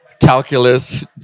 Calculus